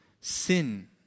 Sin